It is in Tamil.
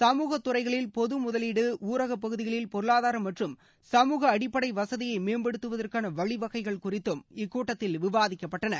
சமூகத்துறைகளில் பொது முதலீடு ஊரக பகுதிகளில் பொருளாதார மற்றும் சமூக அடிப்படை வசதியை மேம்படுத்துவதற்கான வழிவகைகள் குறித்தும் கூட்டத்தில் விவாதிக்கப்பட்டது